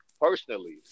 personally